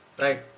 Right